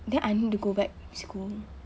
then I need to go back school